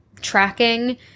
tracking